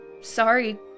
sorry